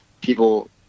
people